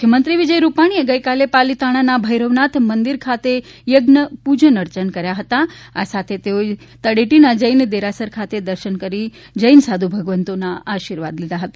મુખ્યમંત્રી વિજય રૂપાણીએ ગઇકાલે પાલીતાણાના ભૈરવનાથ મંદિર ખાતે પરી પૂજન અર્ચન કરાયા હતા આ સાથે તેઓએ તળેટીના જૈન દેરાસર ખાતે દર્શન કરી જૈન સાધુ ભગવંતોના આર્શીવાદ લીધા હતા